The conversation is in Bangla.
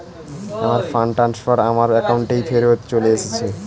আমার ফান্ড ট্রান্সফার আমার অ্যাকাউন্টেই ফেরত চলে এসেছে